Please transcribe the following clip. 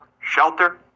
shelter